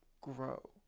grow